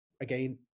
Again